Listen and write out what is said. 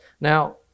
Now